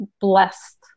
blessed